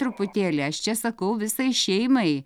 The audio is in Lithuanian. truputėlį aš čia sakau visai šeimai